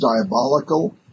diabolical